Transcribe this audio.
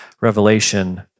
revelation